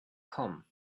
come